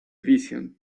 vision